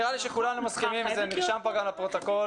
נראה לי שכולנו מסכימים וזה נרשם גם בפרוטוקול